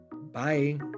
Bye